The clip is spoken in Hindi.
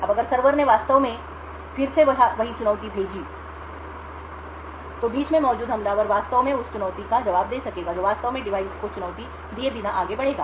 अब अगर सर्वर ने वास्तव में फिर से वही चुनौती भेजी तो बीच में मौजूद हमलावर वास्तव में उस चुनौती का जवाब दे सकेगा जो वास्तव में डिवाइस को चुनौती दिए बिना आगे बढ़ेगा